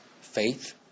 faith